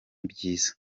byiza